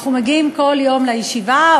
אנחנו מגיעים כל יום לישיבה,